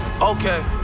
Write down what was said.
okay